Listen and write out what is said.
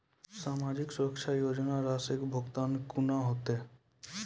समाजिक सुरक्षा योजना राशिक भुगतान कूना हेतै?